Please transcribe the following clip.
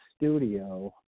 studio